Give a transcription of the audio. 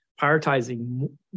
prioritizing